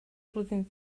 flwyddyn